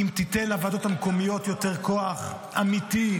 אם תיתן לוועדות המקומיות יותר כוח אמיתי,